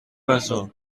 presó